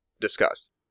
discussed